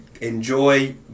enjoy